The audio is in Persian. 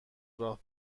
راه